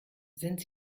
sind